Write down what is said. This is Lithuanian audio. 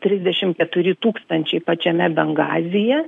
trisdešim keturi tūkstančiai pačiame bengazyje